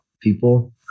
people